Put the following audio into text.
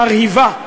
מרהיבה.